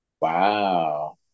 Wow